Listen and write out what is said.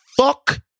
fuck